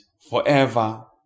forever